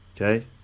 okay